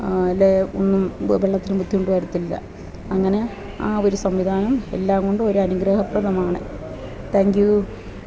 അല്ലേ ഒന്നും വ് വെള്ളത്തിനു ബുദ്ധിമുട്ട് വരത്തില്ല അങ്ങനെ ആ ഒരു സംവിധാനം എല്ലാം കൊണ്ടും ഒരനുഗ്രഹപ്രദമാണ് താങ്ക് യൂ